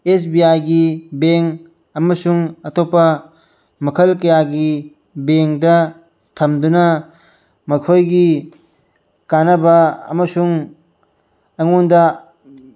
ꯑꯦꯁ B ꯑꯥꯏꯒꯤ ꯕꯦꯡ ꯑꯃꯁꯨꯡ ꯑꯇꯣꯞꯄ ꯃꯈꯜ ꯀꯌꯥꯒꯤ ꯕꯦꯡꯗ ꯊꯝꯗꯨꯅ ꯃꯈꯣꯏꯒꯤ ꯀꯥꯟꯅꯕ ꯑꯃꯁꯨꯡ ꯑꯩꯉꯣꯟꯗ